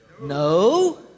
No